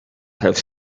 have